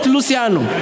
Luciano